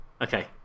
Okay